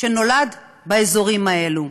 שנולד באזורים האלה.